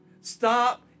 Stop